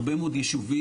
הרבה מאוד יישובים,